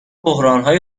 بحرانهای